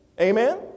Amen